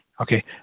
Okay